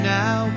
now